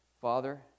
Father